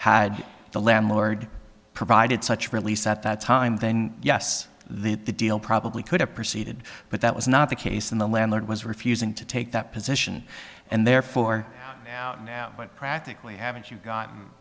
had the landlord provided such release at that time then yes the deal probably could have proceeded but that was not the case and the landlord was refusing to take that position and therefore now and now practically haven't you got